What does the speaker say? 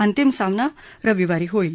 अंतिम सामना रविवारी होईल